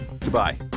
Goodbye